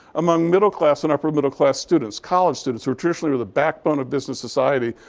among middle class and upper middle class students. college students, who traditionally were the backbone of business society,